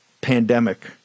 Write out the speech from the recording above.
pandemic